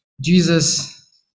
Jesus